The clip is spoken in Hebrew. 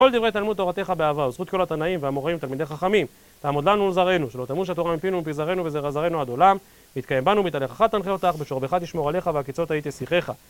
כל דברי תלמוד תורתיך באהבה, וזכות קול התנאים והאמוראים תלמידי חכמים, תעמוד לנו ולזרענו, שלא תמוש התורה מפינו מפי זרענו וזרע זרנעו עד עולם, ויתקיים בנו ומתענך אחת תנחה אותך, בשוכבך תשמור עליך והקיצות והיא תשיחך.